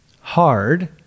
hard